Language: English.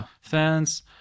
fans